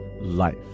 life